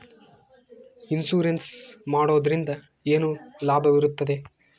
Insurance ಮಾಡೋದ್ರಿಂದ ಏನು ಲಾಭವಿರುತ್ತದೆ?